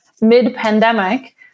mid-pandemic